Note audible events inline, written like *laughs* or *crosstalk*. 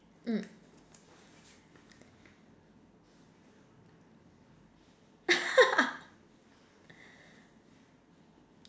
mm *laughs*